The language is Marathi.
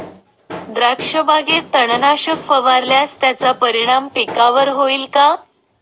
द्राक्षबागेत तणनाशक फवारल्यास त्याचा परिणाम पिकावर होईल का?